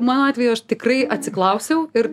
mano atveju aš tikrai atsiklausiau ir